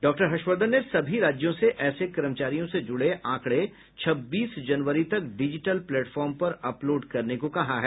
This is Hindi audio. डॉक्टर हर्षवर्धन ने सभी राज्यों से ऐसे कर्मचारियों से जुडे आंकड़े छब्बीस जनवरी तक डिजिटल प्लेटफार्म पर अपलोड करने को कहा है